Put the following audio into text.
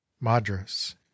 Madras